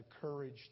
courage